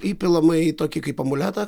įpilmama į tokį kaip amuletą